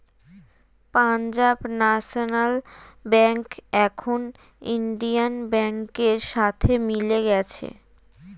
Punjab national bank এখন union ব্যাংকের সাথে মিলে গেছে